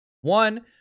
One